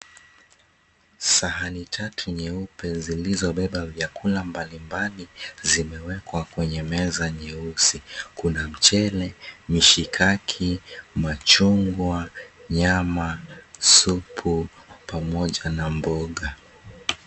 Sahani tatu nyeupe zilizobeba vyakula mbalimbali zimewekwa kwenye meza nyeusi. Kuna mchele, mishikaki, machungwa, nyama, supu, pamoja na mboga.